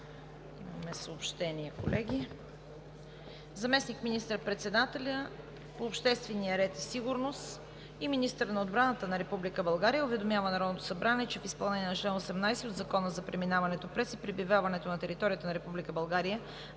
Заместник министър-председателят по обществения ред и сигурност и министър на отбраната на Република България, уведомява Народното събрание, че в изпълнение на чл. 18 от Закона за преминаването през и пребиваването на територията на